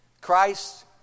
Christ